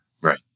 Right